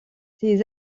ses